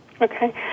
Okay